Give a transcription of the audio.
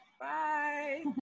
Bye